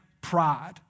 pride